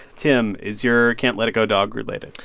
tim, is your can't let it go dog-related?